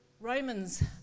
Romans